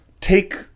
take